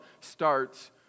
starts